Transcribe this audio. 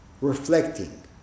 reflecting